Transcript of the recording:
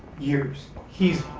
years, he's.